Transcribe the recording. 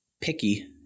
picky